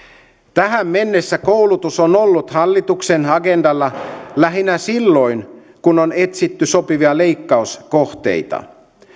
tähän mennessä koulutus on ollut hallituksen agendalla lähinnä silloin kun on etsitty sopivia leikkauskohteita